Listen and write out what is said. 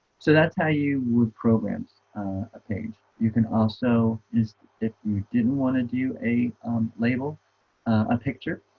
so that's how you would program a page you can also is if you didn't want to do a label a picture.